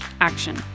action